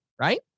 Right